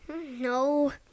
No